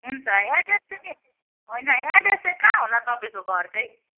हुन्छ एड्रेस चाहिँ नि होइन एड्रेस चाहिँ कहाँ होला तपाईँको घर चाहिँ